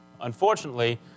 Unfortunately